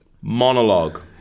monologue